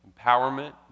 empowerment